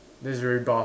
then is very buff